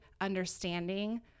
understanding